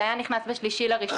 זה היה נכנס ב-3.1.2020.